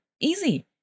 easy